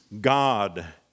God